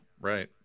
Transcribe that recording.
right